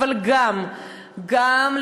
אבל גם פייסבוק,